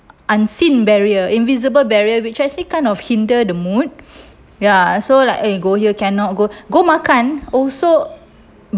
unseen barrier invisible barrier which actually kind of hinder the mood ya so like a go here cannot go go makan also